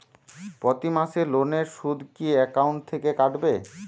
প্রতি মাসে লোনের সুদ কি একাউন্ট থেকে কাটবে?